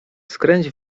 skręć